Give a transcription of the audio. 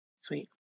Sweet